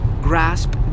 grasp